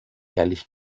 ehrlich